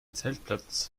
zeltplatz